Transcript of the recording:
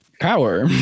power